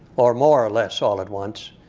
or more or less all at once.